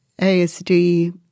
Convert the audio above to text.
ASD